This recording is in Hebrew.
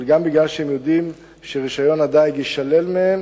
אבל גם בגלל שהם יודעים שרשיון הדיג יישלל מהם